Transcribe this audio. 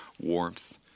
warmth